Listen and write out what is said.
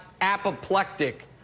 apoplectic